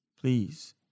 please